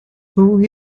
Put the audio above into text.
though